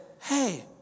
hey